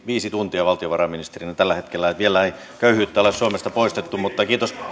viisi tuntia valtiovarainministerinä niin että vielä ei köyhyyttä ole suomesta poistettu mutta kiitos